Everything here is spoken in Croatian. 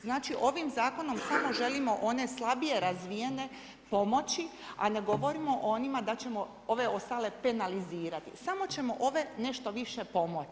Znači ovim zakonom samo želimo one slabije razvije pomoći, a ne govorimo o onima da ćemo ove ostale penalizirati, samo ćemo ove nešto više pomoći.